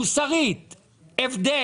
מוסרית,